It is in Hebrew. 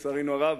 לצערנו הרב,